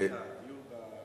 לא דיון, .